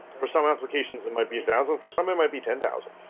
for some applications, it might be a thousand. for some it might be ten thousand.